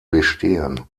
bestehen